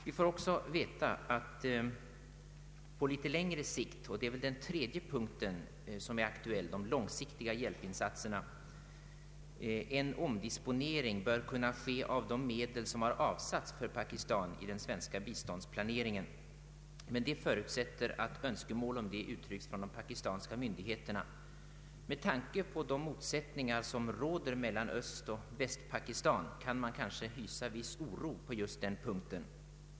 Vi får också veta att på litet längre sikt — detta är den tredje punkten som är aktuell, de långsiktiga hjälpinsatserna — en omdisponering bör kunna ske av de medel som har avsatts för Pakistan i den svenska biståndsplaneringen, men det förutsätter att önskemål härom uttrycks av de pakistanska myndigheterna. Med tanke på de motsättningar som råder mellan Östoch Västpakistan kan man kanske hysa viss oro på just den punkten.